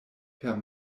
per